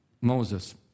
Moses